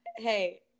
Hey